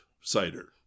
cider